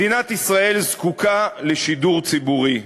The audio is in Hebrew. מדינת ישראל זקוקה לשידור ציבורי,